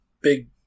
big